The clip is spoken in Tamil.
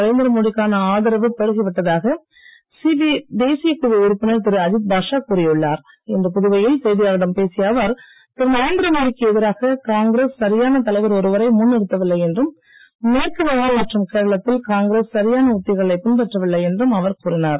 நரேந்திரமோடிக்கான ஆதரவு பெருகி விட்டதாக சிபிஐ தேசியக் குழு உறுப்பினர் திரு அஜீத் பாஷா கூறியுள்ளார் இன்று புதுவையில் செய்தியாளர்களிடம் பேசிய அவர் திரு நரேந்திரமோடிக்கு எதிராக காங்கிரஸ் சரியான தலைவர் ஒருவரை முன் நிறுத்தவில்லை என்றும் மேற்குவங்கம் மற்றும் கேரளத்தில் காங்கிரஸ் சரியான உத்திகளைப் பின்பற்றவில்லை என்றும் அவர் கூறினார்